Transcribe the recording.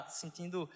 sentindo